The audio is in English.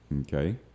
Okay